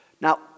Now